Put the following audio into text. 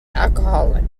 alcoholic